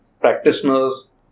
practitioners